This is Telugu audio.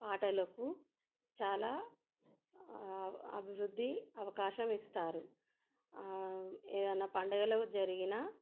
పాటలకు చాలా అభివృద్ధి అవకాశం ఇస్తారు ఏదైనా పండగలు జరిగినా